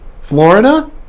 Florida